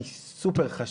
היא מאוד חשובה.